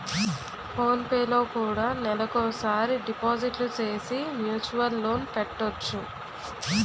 phone పేలో కూడా నెలకోసారి డిపాజిట్లు సేసి మ్యూచువల్ లోన్ పెట్టొచ్చు